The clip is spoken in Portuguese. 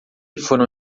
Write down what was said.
foram